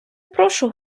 прошу